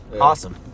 Awesome